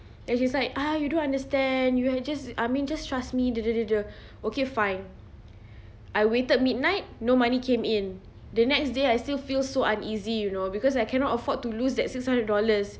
then she's like ah you don't understand you are just I mean just trust me okay fine I waited midnight no money came in the next day I still feel so uneasy you know because I cannot afford to lose that six hundred dollars